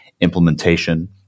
implementation